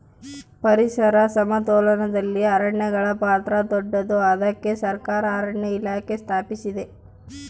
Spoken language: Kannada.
ಪರಿಸರ ಸಮತೋಲನದಲ್ಲಿ ಅರಣ್ಯಗಳ ಪಾತ್ರ ದೊಡ್ಡದು, ಅದಕ್ಕೆ ಸರಕಾರ ಅರಣ್ಯ ಇಲಾಖೆ ಸ್ಥಾಪಿಸಿದೆ